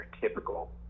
typical